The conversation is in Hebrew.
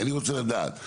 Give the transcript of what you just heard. אני רוצה לדעת,